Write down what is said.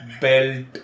belt